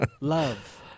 Love